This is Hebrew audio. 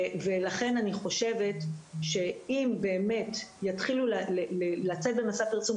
לכן אני חושבת שאם באמת יתחילו לצאת במסע פרסום,